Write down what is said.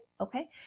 Okay